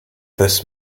this